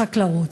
חקלאות.